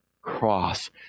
cross